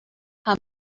how